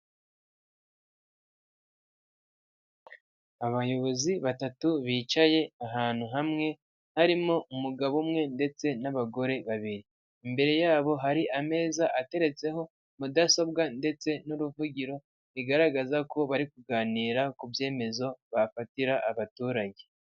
Abayobozi batatu bicaye ahantu hamwe harimo umugabo umwe ndetse n'abagore babiri, imbere yabo hari ameza ateretseho mudasobwa ndetse n'uruvugiro igaragaza ko bari kuganira ku byemezo bafatira abaturage.